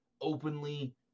openly